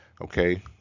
okay